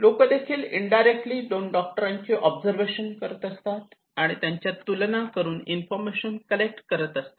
लोक देखील इनडायरेक्टली दोन्ही डॉक्टरांचे ऑब्झर्वेशन करत असतात आणि त्यांच्यात तुलना करून इन्फॉर्मेशन कलेक्ट करत असतात